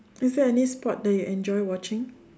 is there any sport that you enjoy watching